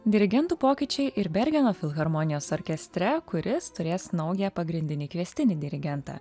dirigentų pokyčiai ir bergeno filharmonijos orkestre kuris turės naują pagrindinį kviestinį dirigentą